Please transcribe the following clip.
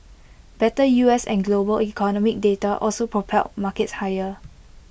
better U S and global economic data also propelled markets higher